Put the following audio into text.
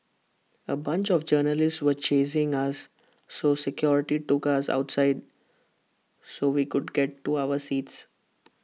A bunch of journalists were chasing us so security took us outside so we could get to our seats